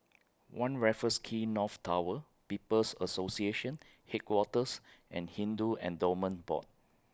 one Raffles Quay North Tower People's Association Headquarters and Hindu Endowments Board